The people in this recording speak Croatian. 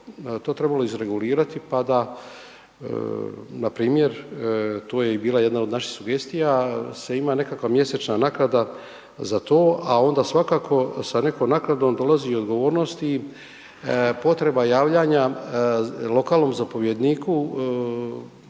to trebalo izregulirati pa da npr. to je i bila jedna od naših sugestija se ima nekakva mjesečna naknada za to, a onda svakako sa nekom naknadom dolazi odgovornost i potreba javljanja lokalnom zapovjedniku,